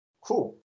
cool